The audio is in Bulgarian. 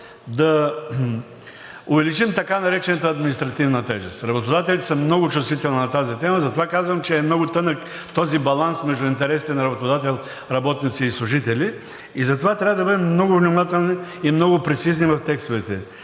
да увеличим така наречената административна тежест. Работодателите са много чувствителни на тази тема, затова казвам, че е много тънък този баланс между интересите на работодател, работници и служители. Затова трябва да бъдем много внимателни и много прецизни в текстовете.